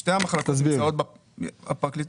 שתי המחלקות נמצאות בפרקליטות.